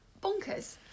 Bonkers